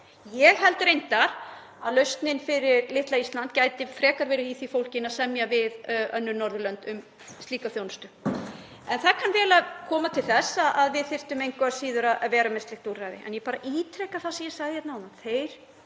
Ég held reyndar að lausnin fyrir litla Ísland gæti frekar verið í því fólgin að semja við önnur Norðurlönd um slíka þjónustu, en það kann vel að koma til þess að við þyrftum engu að síður að vera með slíkt úrræði. Ég ítreka það sem ég sagði hér áðan, að þeir